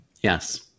Yes